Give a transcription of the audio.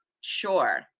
Sure